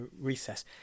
recess